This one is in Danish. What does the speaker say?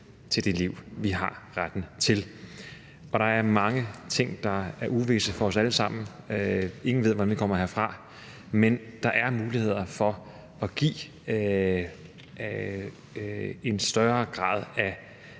til det liv, vi har retten til. Der er mange ting, der er uvisse for os alle sammen. Ingen ved, hvordan vi kommer herfra. Men der er muligheder for at give en større grad af